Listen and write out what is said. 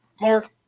Mark